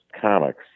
comics